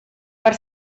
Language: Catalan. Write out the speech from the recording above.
per